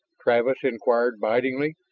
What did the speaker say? travis inquired bitingly.